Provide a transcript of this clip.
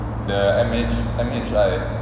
the M_H M_H drive